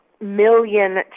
million